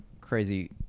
crazy